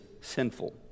sinful